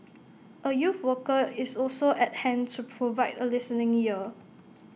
A youth worker is also at hand to provide A listening ear